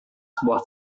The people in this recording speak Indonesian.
sebuah